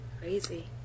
Crazy